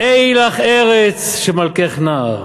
"אי לך ארץ שמלכך נער".